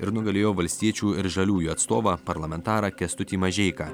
ir nugalėjo valstiečių ir žaliųjų atstovą parlamentarą kęstutį mažeiką